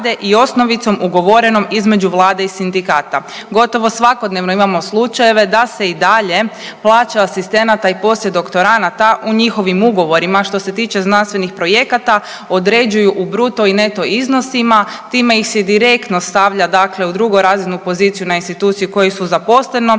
i osnovicom ugovorenom između Vlade i sindikata. Gotovo svakodnevno imamo slučajeve da se i dalje plaća asistenata i poslijedoktoranada u njihovim ugovorima, što se tiče znanstvenih projekata određuju u bruto i neto iznosima, time ih se direktno stavlja dakle u drugorazrednu poziciju na instituciju u kojoj su zaposleno,